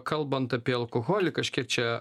kalbant apie alkoholį kažkiek čia